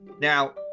now